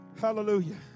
Hallelujah